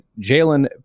Jalen